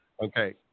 Okay